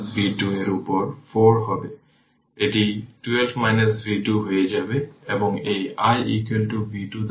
সুতরাং 05 হেনরি ইন্ডাক্টরে stored initial energy হল half L I0 L 0 square